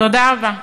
תודה רבה.